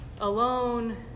Alone